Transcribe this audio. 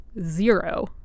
zero